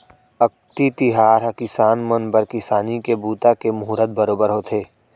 अक्ती तिहार ह किसान मन बर किसानी के बूता के मुहरत बरोबर होथे